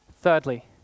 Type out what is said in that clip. Thirdly